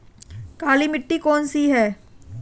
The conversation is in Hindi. काली मिट्टी कौन सी है?